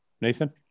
Nathan